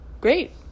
great